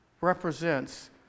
represents